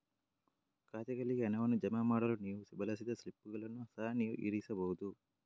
ಖಾತೆಗಳಿಗೆ ಹಣವನ್ನು ಜಮಾ ಮಾಡಲು ನೀವು ಬಳಸಿದ ಸ್ಲಿಪ್ಪುಗಳನ್ನು ಸಹ ನೀವು ಇರಿಸಬಹುದು